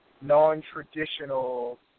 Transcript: non-traditional